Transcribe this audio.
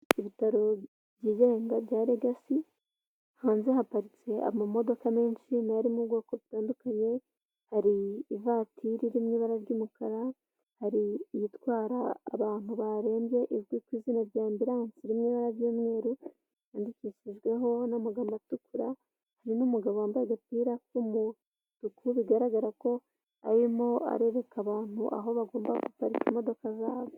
Ibitaro byigenga bya regasi hanze haparitse amamodoka menshi ari mu bwoko butandukanye hari ivatiri'i ibara ry'umukara hari iyitwara abantu barembye izwi ku izina rya ambulansi rimweba ry'umweru yandikishijweho n'amagambo atukura hari n'umugabo wambaye agapira k'umutuku bigaragara ko arimo arereka abantu aho bagomba guparika imodoka zabo.